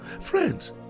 Friends